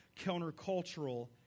countercultural